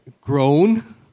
grown